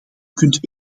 kunt